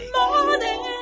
morning